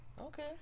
okay